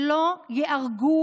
שלא ייהרגו